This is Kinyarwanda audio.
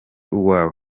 uwawe